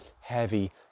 heavy